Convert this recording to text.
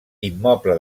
immoble